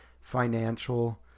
financial